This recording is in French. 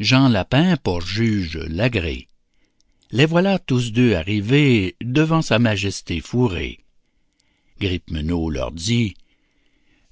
jean lapin pour juge l'agrée les voilà tous deux arrivés devant sa majesté fourrée grippeminaud leur dit